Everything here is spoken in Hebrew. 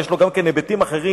ויש לו גם היבטים אחרים,